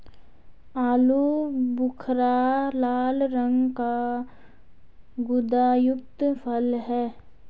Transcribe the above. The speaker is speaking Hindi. आलू बुखारा लाल रंग का गुदायुक्त फल है